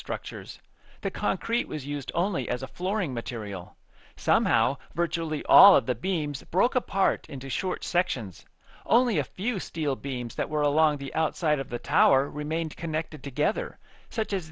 structures the concrete was used only as a flooring material somehow virtually all of the beams broke apart into short sections only a few steel beams that were along the outside of the tower remained connected together such as